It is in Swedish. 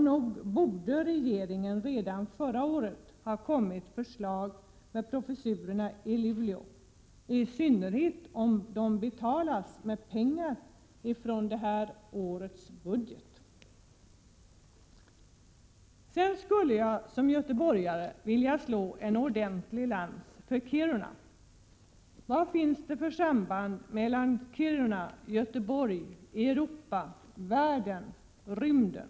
Nog borde regeringen redan förra året ha kommit med förslag beträffande professurerna i Luleå, i synnerhet om de betalas med pengar från det här årets budget. Sedan skulle jag som göteborgare vilja dra en ordentlig lans för Kiruna. Vad finns det för samband mellan Kiruna, Göteborg, Europa, världen och rymden?